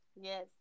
Yes